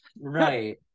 right